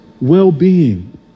well-being